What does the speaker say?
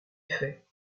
effet